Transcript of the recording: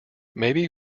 maybe